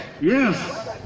yes